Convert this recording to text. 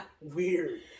weird